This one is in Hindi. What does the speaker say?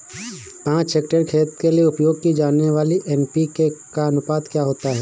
पाँच हेक्टेयर खेत के लिए उपयोग की जाने वाली एन.पी.के का अनुपात क्या होता है?